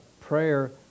prayer